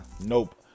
nope